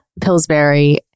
Pillsbury